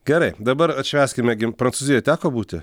gerai dabar atšvęskime prancūzijoj teko būti